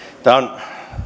tämä on